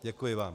Děkuji vám.